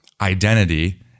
identity